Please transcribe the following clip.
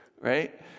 right